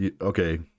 Okay